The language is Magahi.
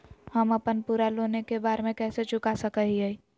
हम अपन पूरा लोन एके बार में कैसे चुका सकई हियई?